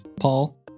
Paul